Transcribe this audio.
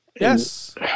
Yes